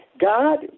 God